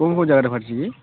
କେଉଁ କେଉଁ ଜାଗାରେ ଫାଟିଛି କି